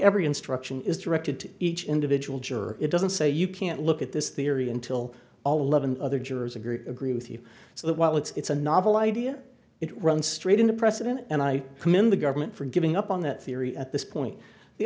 every instruction is directed to each individual sure it doesn't say you can't look at this theory until all eleven other jurors agree agree with you so that while it's a novel idea it runs straight into precedent and i commend the government for giving up on that theory at this